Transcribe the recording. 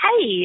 Hey